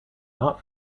not